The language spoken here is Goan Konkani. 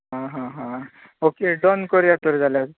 आं हां हां ओके डन करुया तर जाल्यार